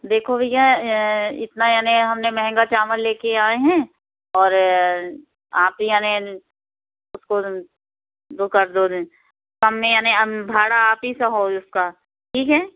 देखो भैया इतना यानी हमने महंगा चावल लेकर आए हैं और आप यानी उसको दो कर दो ने कम में यानी भाड़ा आप ही सहो उसका ठीक है